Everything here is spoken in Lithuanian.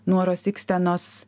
nuoros ikstenos